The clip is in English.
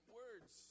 words